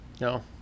no